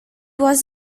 was